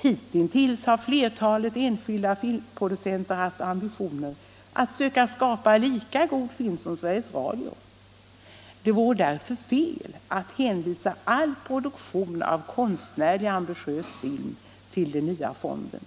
Hittills har flertalet enskilda filmproducenter haft ambitioner att söka skapa lika god film som Sveriges Radio. Det vore därför fel att hänvisa all produktion av konstnärlig ambitiös film till den nya fonden.